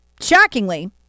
shockingly